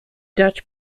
dutch